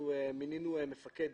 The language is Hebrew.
מינינו מפקד.